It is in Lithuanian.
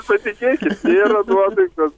patikėkit nėra nuotaikos